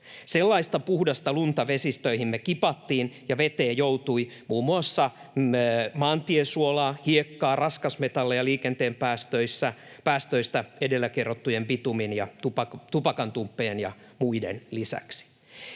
Sellaista puhdasta lunta vesistöihimme kipattiin, ja veteen joutui muun muassa maantiesuolaa, hiekkaa, raskasmetalleja liikenteen päästöistä edellä kerrottujen bitumin ja tupakantumppien ja muiden lisäksi.